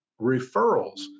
referrals